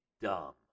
dumb